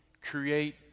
create